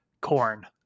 corn